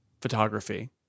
photography